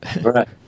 Right